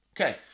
Okay